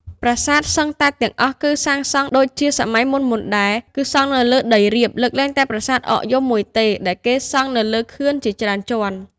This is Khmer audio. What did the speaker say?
ប្រាសាទសឹងតែទាំងអស់ គឺសាងសង់ដូចជាសម័យមុនៗដែរ គឺសង់នៅលើដីរាប លើកលែងតែប្រាសាទអកយំមួយទេ ដែលគេសង់នៅលើខឿនជាច្រើនជាន់។